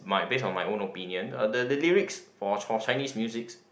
my based on my own opinion uh the the lyrics for chi~ Chinese musics